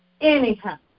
Anyhow